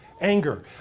anger